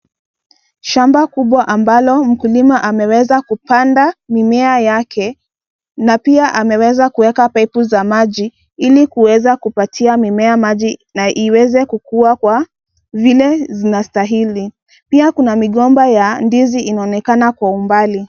Shamba kubwa ambalo mkulima ameweza kupanda mimea yake, na pia ameweza kuweka pipu za maji, ili kuweza kupatia mimea maji, na iweze kukua kwa vile zinastahili. Pia kuna migomba ya ndizi inaonekana kwa umbali.